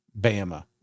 Bama